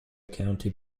county